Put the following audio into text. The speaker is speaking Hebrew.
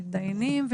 מתדיינים,